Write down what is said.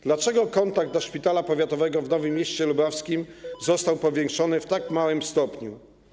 Dlaczego kontrakt dla szpitala powiatowego w Nowym Mieście Lubawskim został powiększony w tak małym stopniu?